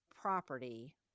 property